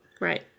Right